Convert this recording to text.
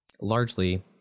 largely